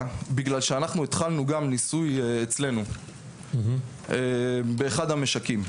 בגלל שאנחנו התחלנו ניסוי אצלנו באחד המשקים.